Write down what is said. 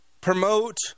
promote